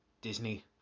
Disney